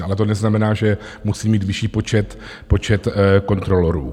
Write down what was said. Ale to neznamená, že musí mít vyšší počet kontrolorů.